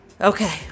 Okay